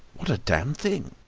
what a damned thing!